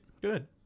Good